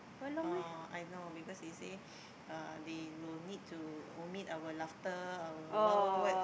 oh I know because they say uh they will need to omit our laughter our what what what